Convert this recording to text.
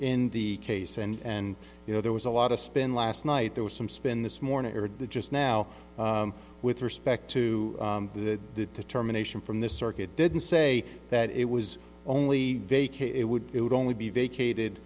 in the case and you know there was a lot of spin last night there was some spin this morning the just now with respect to the determination from this circuit didn't say that it was only vacate it would it would only be vacated